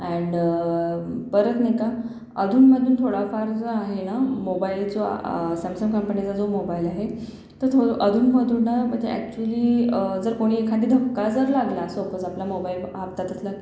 and परत नाही का अधूनमधून थोडाफार जो आहे ना मोबाइल जो सॅमसंग कंपनीचा जो मोबाइल आहे तो थोडं अधूनमधून ना म्हणजे ॲक्चुअली जर कोणी एखादा धक्का जर लागला सपोज आपल्या मोबाइल हातात असला